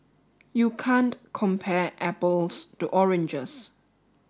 you can't compare apples to oranges